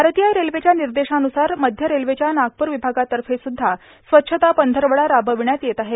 भारतीय रेल्वेच्या निर्देशानुसार मध्य रेल्वेच्या नागपूर विभागातर्फेसुद्धा स्वच्छता पंधरवडा राबविण्यात येत आहे